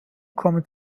kommen